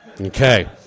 Okay